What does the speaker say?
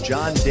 John